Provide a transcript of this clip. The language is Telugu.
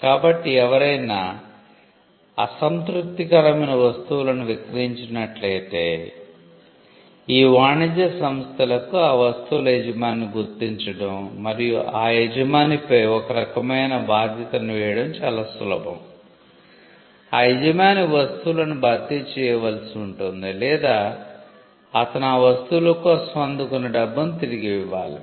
కాబట్టి ఎవరైనా 'అసంతృప్తికరమైన వస్తువులను' విక్రయించినట్లయితే ఈ వాణిజ్య సంస్థలకు ఆ వస్తువుల యజమానిని గుర్తించడం మరియు ఆ యజమానిపై ఒకరకమైన బాధ్యతను వేయడం చాలా సులభం ఆ యజమాని వస్తువులను భర్తీ చేయవలసి ఉంటుంది లేదా అతను ఆ వస్తువుల కోసం అందుకున్న డబ్బును తిరిగి ఇవ్వాలి